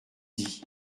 dit